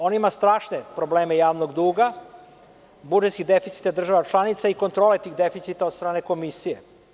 On ima strašne probleme javnog duga, budžetskih deficita država članica i kontrole tih deficita od strane komisije.